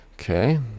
Okay